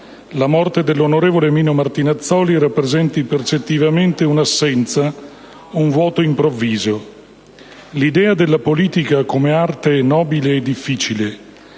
la morte dell'onorevole Mino Martinazzoli rappresenti percettivamente un'assenza, un vuoto improvviso. L'idea della politica come «arte nobile e difficile»